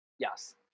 Yes